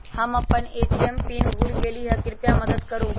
हम अपन ATM PIN भूल गेली ह, कृपया मदत करू